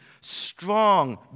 strong